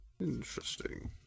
Interesting